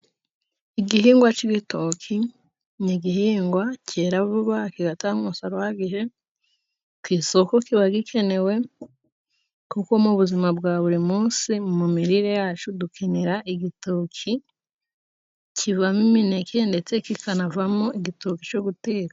Igihingwa cy'ibitoki ni igihingwa cyera vuba, kigatanga umusaruro uhagije, ku isoko kiba gikenewe. Kuko mu buzima bwa buri munsi mu mirire yacu dukenera igitoki, kibamo imineke ndetse kikanavamo igitoki cyo guteka.